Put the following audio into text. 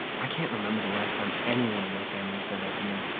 i can't remember the last time anyone in my family said that to me.